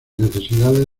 necesidades